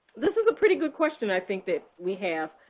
this is a pretty good question i think that we have.